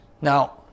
now